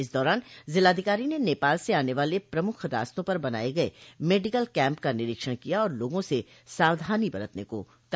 इस दौरान ज़िलाधिकारी ने नेपाल से आने वाले प्रमुख रास्तों पर बनाये गये मेडिकल कैम्प का निरीक्षण किया और लोगों से सावधानी बरतने को कहा